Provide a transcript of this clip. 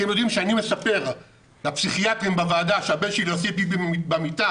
כשאני מספר לפסיכיאטרים בוועדה שהבן שלי עושה פיפי במיטה